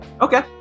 Okay